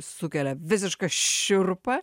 sukelia visišką šiurpą